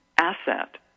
asset